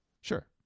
sure